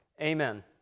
amen